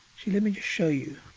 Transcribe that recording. let me just show you.